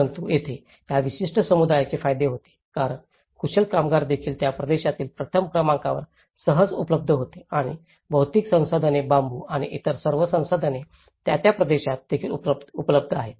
परंतु येथे या विशिष्ट समुदायाचे फायदे होते कारण कुशल कामगार देखील त्या प्रदेशातील प्रथम क्रमांकावर सहज उपलब्ध होते आणि भौतिक संसाधने बांबू आणि इतर सर्व संसाधने त्या त्या प्रदेशात देखील उपलब्ध आहेत